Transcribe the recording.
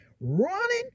running